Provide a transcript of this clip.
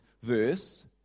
verse